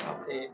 okay